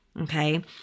okay